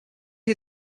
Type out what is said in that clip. you